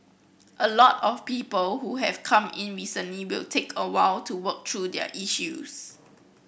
a lot of people who have come in recently will take a while to work through their issues